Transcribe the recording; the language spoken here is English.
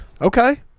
Okay